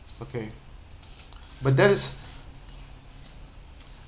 okay but that is